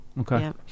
Okay